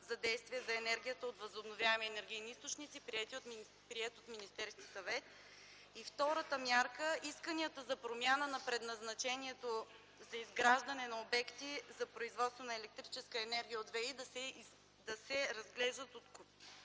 за действие за енергията от възобновяеми енергийни източници, приет от Министерския съвет. Втората мярка е исканията за промяна на предназначението за изграждане на обекти за производство на електрическа енергия от ВИ да се разглеждат от